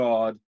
God